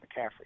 McCaffrey